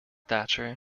thatcher